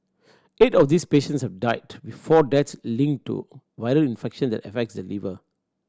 eight of these patients have died with four deaths linked to viral infection that affects the liver